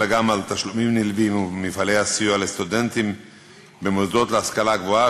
אלא גם תשלומים נלווים ומפעלי הסיוע לסטודנטים במוסדות להשכלה גבוהה,